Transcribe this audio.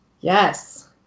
Yes